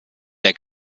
der